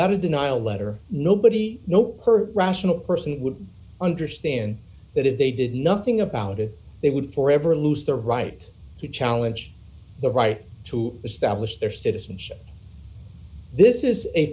got a denial letter nobody know per rational person would understand that if they did nothing about it they would forever lose their right to challenge the right to establish their citizenship this is a